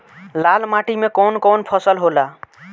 लाल माटी मे कवन कवन फसल होला?